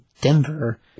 Denver